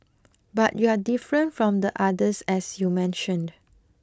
but you're different from the others as you mentioned